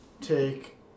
take